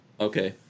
okay